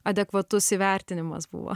adekvatus įvertinimas buvo